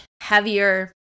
heavier